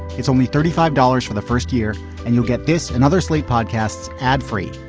it's only thirty five dollars for the first year and you'll get this and other slate podcasts ad free.